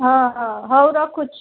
ହଁ ହଁ ହଉ ରଖୁଛି